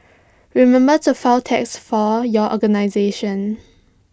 remember to file tax for your organisation